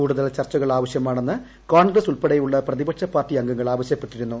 കൂടുതൽ ചർച്ചകൾ ആവശ്യമാണെന്ന് കോൺഗ്രസ് ഉൾപ്പെടെയുള്ള പ്രതിപക്ഷ പാർട്ടി അംഗങ്ങൾ ആവശ്യപ്പെട്ടിരുന്നു